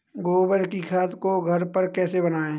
गोबर की खाद को घर पर कैसे बनाएँ?